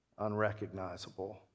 Unrecognizable